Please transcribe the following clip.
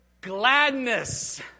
gladness